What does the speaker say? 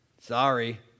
sorry